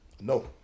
no